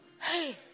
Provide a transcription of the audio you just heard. hey